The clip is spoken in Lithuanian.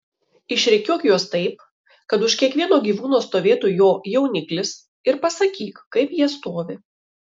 išrikiuok juos taip kad už kiekvieno gyvūno stovėtų jo jauniklis ir pasakyk kaip jie stovi